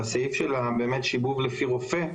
בסעיף של שיבוב לפי רופא.